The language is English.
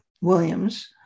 Williams